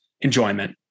enjoyment